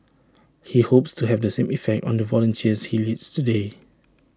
he hopes to have the same effect on the volunteers he leads today